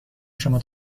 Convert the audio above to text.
شما